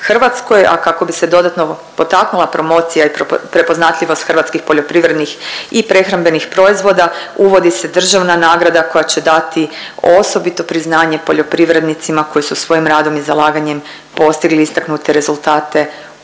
mreže u RH, a kako bi se dodatno potaknula promocija i prepoznatljivost hrvatskih poljoprivrednih i prehrambenih proizvoda uvodi se državna nagrada koja će dati osobito priznanje poljoprivrednicima koji su svojim radom i zalaganjem postigli istaknute rezultate u